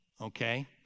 okay